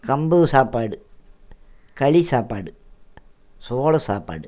கம்பு சாப்பாடு களி சாப்பாடு சோறு சாப்பாடு